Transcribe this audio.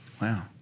Wow